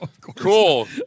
cool